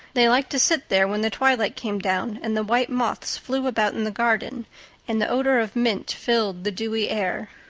they liked to sit there when the twilight came down and the white moths flew about in the garden and the odor of mint filled the dewy air.